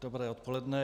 Dobré odpoledne.